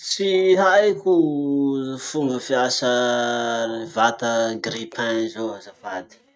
Tsy haiko fomba fiasa vata grille-pain zao azafady.